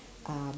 um